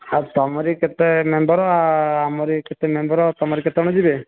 ଆଉ ତମରି କେତେ ମେମ୍ବର ଆଉ ଆମର ବି କେତେ ମେମ୍ବର ତମରି କେତେଜଣ ଯିବେ